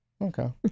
Okay